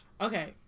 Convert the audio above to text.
okay